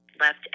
left